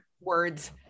words